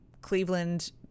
Cleveland